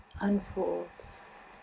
unfolds